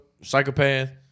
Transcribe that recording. psychopath